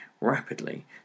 rapidly